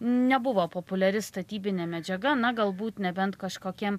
nebuvo populiari statybinė medžiaga na galbūt nebent kažkokiem